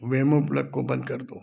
वेमो plug को बंद कर दो